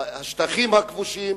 השטחים הכבושים,